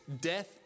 Death